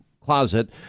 closet